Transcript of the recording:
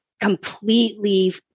completely